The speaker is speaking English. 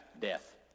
death